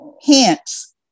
hints